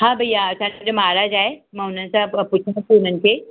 हा भईया असांजो महाराजु आहे मां हुननि सां पुछंदमि बि हुननि खे